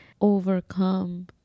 overcome